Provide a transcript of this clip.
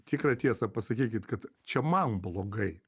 tikrąją tiesą pasakykit kad čia man blogai